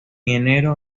enero